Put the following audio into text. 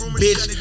bitch